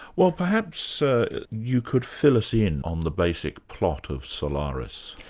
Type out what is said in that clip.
well perhaps ah you could fill us in on the basic plot of solaris?